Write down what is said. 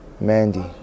Mandy